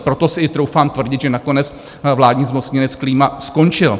Proto si i troufám tvrdit, že nakonec vládní zmocněnec Klíma skončil.